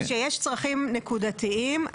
כשיש צרכים נקודתיים,